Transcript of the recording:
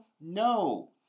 No